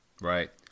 Right